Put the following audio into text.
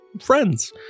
friends